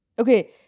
Okay